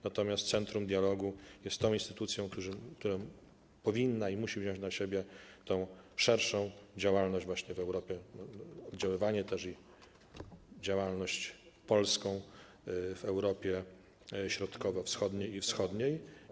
Natomiast centrum dialogu jest tą instytucją, która powinna i musi wziąć na siebie szerszą działalność właśnie w Europie, także oddziaływanie i działalność polską w Europie Środkowo-Wschodniej i Wschodniej.